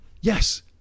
Yes